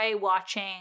watching